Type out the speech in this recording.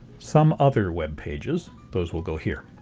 some other web pages, those will go here.